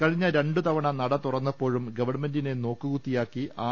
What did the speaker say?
കഴിഞ്ഞ രണ്ടുതവണ നടതുറന്ന പ്പോഴും ഗവൺമെന്റിനെ നോക്കുകുത്തിയാക്കി ആർ